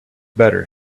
better